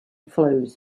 flows